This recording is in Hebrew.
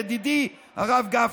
ידידי הרב גפני,